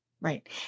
right